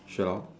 Sherlock